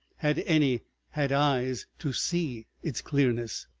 had any had eyes to see its clearness.